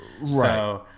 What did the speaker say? Right